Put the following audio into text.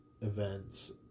Events